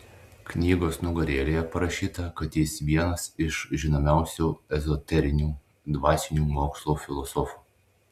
knygos nugarėlėje parašyta kad jis vienas iš žinomiausių ezoterinių dvasinių mokslų filosofų